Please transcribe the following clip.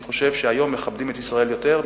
אני חושב שהיום מכבדים את ישראל יותר,